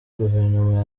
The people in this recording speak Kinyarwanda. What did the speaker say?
guverinoma